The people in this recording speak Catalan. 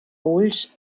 ulls